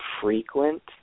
frequent